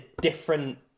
different